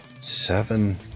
Seven